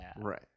Right